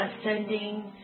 ascending